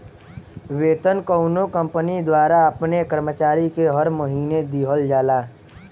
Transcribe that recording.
वेतन कउनो कंपनी द्वारा अपने कर्मचारी के हर महीना दिहल जाला